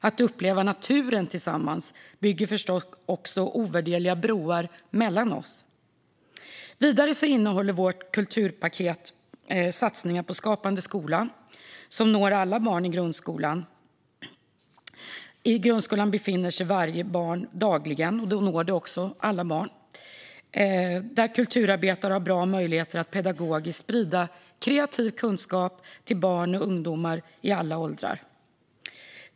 Att uppleva naturen tillsammans bygger förstås också ovärderliga broar mellan oss. Vidare innehåller vårt kulturpaket en satsning på Skapande skola, som når alla barn i grundskolan. I grundskolan befinner sig varje barn dagligen, och då når detta också alla barn. Där har kulturarbetare bra möjligheter att pedagogiskt sprida kreativ kunskap till barn och ungdomar i alla åldrar.